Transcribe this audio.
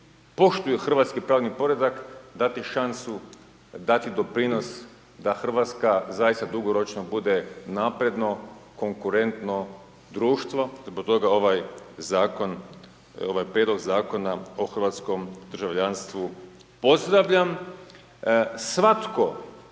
poštuju hrvatski pravni poredak dati šansu, dati doprinos da Hrvatska zaista dugoročno bude napredno, konkurentno društvo. Zbog toga ovaj zakon, ovaj Prijedlog zakona o hrvatskom državljanstvu pozdravljam. Svatko